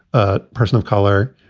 ah person of color,